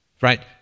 Right